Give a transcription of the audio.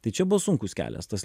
tai čia buvo sunkus kelias tas